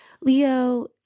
Leo